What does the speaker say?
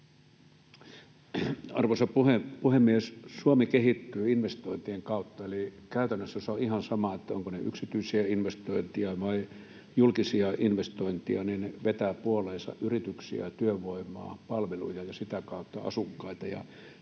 Arvoisa puhemies! Suomi kehittyy investointien kautta. Eli käytännössä on ihan sama, ovatko ne yksityisiä investointeja vai julkisia investointeja: ne vetävät puoleensa yrityksiä, työvoimaa, palveluja ja sitä kautta asukkaita.